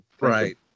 right